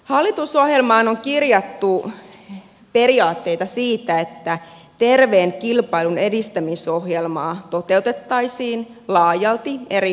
hallitusohjelmaan on kirjattu periaatteita siitä että terveen kilpailun edistämisohjelmaa toteutettaisiin laajalti eri hallintokunnissa